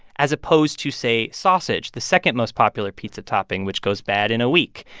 as opposed to, say, sausage, the second most popular pizza topping, which goes bad in a week.